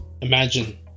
imagine